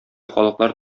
халыклар